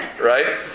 Right